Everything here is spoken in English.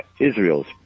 Israel's